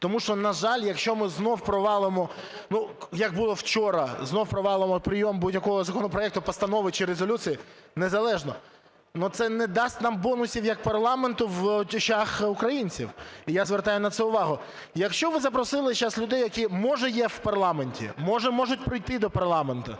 Тому що, на жаль, якщо ми знов провалимо… як було вчора, знову провалимо прийом будь-якого законопроекту, постанови чи резолюції – незалежно, ну, це не дасть нам бонусів як парламенту в очах українців. І я звертаю на це увагу. Якщо ви запросили б сейчас людей, які може є в парламенті, може можуть прийти до парламенту,